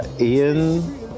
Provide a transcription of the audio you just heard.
Ian